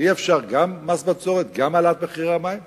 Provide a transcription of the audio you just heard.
אבל אי-אפשר גם מס בצורת גם העלאת מחירי המים.